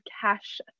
cash